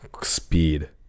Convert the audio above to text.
speed